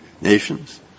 nations